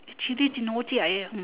chili jin ho jiak hmm